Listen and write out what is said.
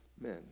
men